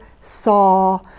saw